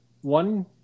One